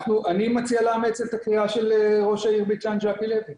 אני מציע לאמץ את הקריאה של ראש העיר בית שאן ג'קי לוי,